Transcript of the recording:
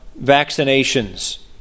vaccinations